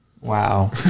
Wow